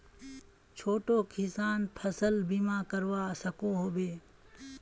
छोटो किसान फसल बीमा करवा सकोहो होबे?